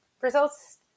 results